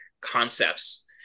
concepts